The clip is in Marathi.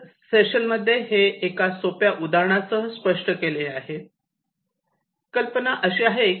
तर सेशन मध्ये हे एका सोप्या उदाहरणासह स्पष्ट केले कल्पना अशी आहे